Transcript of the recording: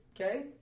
Okay